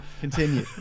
Continue